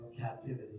captivity